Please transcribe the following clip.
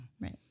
Right